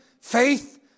faith